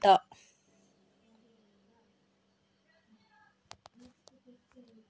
ಭತ್ತದ ಗದ್ದೆಗೆ ಒಳ್ಳೆ ಬೆಳೆ ಬರಲು ಗೊಬ್ಬರದ ಅವಶ್ಯಕತೆ ಉಂಟಾ